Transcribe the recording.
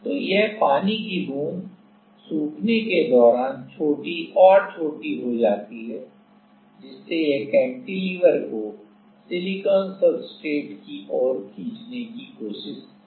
तो यह पानी की बूंद सूखने के दौरान छोटी और छोटी हो जाती है जिससे यह कैंटिलीवर को सिलिकॉन सब्सट्रेट की ओर खींचने की कोशिश करेगी